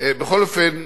בכל אופן,